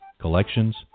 collections